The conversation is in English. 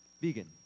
vegan